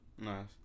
Nice